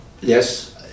Yes